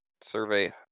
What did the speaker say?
survey